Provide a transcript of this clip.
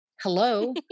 Hello